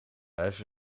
huis